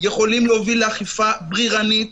יכולים להוביל לאכיפה בררנית,